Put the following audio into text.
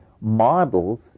Models